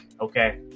okay